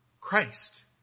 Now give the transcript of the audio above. Christ